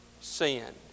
sin